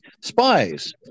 spies